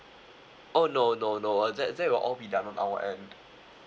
oh no no no uh that that will all be done on our end